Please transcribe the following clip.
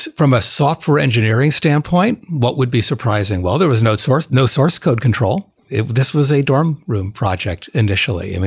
from a software engineering standpoint, what would be surprising, well, there was no source no source code control. this was a dorm room project initially. i mean,